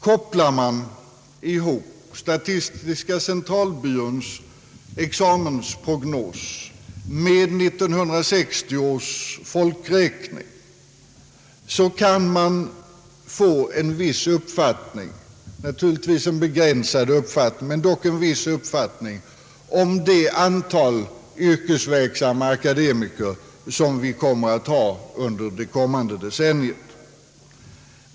Kopplar man ihop statistiska centralbyråns examensprognos med 1960 års folkräkning kan man få en viss uppfattning — naturligtvis av begränsad bärkraft — om det antal yrkesverksamma akademiker vi kommer att ha under nästa decennium.